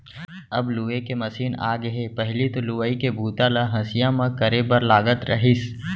अब लूए के मसीन आगे हे पहिली तो लुवई के बूता ल हँसिया म करे बर लागत रहिस